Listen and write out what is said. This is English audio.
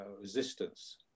resistance